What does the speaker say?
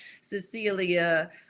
Cecilia